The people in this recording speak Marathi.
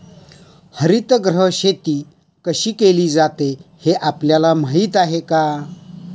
हरितगृह शेती कशी केली जाते हे आपल्याला माहीत आहे का?